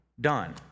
done